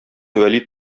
вәли